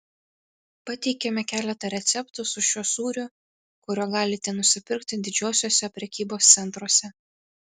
pateikiame keletą receptų su šiuo sūriu kurio galite nusipirkti didžiuosiuose prekybos centruose